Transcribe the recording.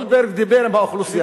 גולדברג דיבר על האוכלוסייה,